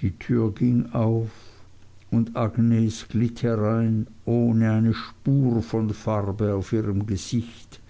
die türe ging auf und agnes glitt herein ohne eine spur von farbe auf ihrem gesicht